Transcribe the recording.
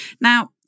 Now